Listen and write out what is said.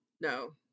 No